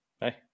Hey